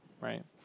Right